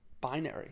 binary